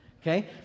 Okay